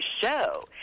show